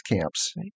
camps